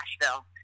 Nashville